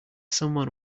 someone